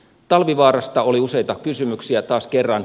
talvivaarasta oli useita kysymyksiä taas kerran